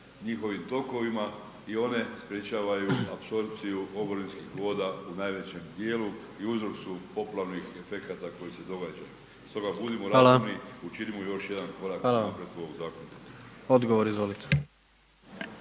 njihovim tokovima i sprječavaju apsorpciju oborinskih voda u najvećem djelu i uzrok su poplavnih efekata koji se događaju stoga budimo razumni, učinimo još jedan korak u napretku ovoga ovog